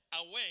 away